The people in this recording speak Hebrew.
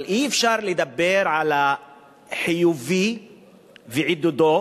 אבל אי-אפשר לדבר על החיובי ועידודו